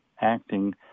acting